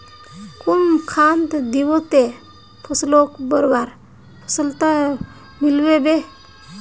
कुन खाद दिबो ते फसलोक बढ़वार सफलता मिलबे बे?